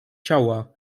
ciała